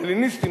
ההלניסטים,